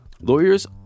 Lawyers